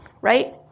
right